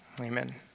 Amen